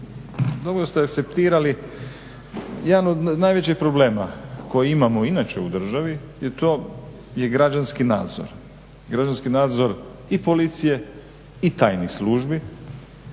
dobro ste akceptirali jedan od najvećih problema koji imamo inače u državi i to je građanski nadzor, građanski nadzor i policije i tajnih službi.